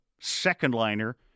second-liner